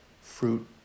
Fruit